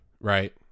right